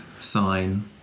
sign